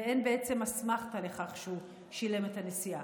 ואין בעצם אסמכתה לכך שהוא שילם על הנסיעה.